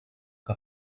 que